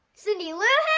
cindy lou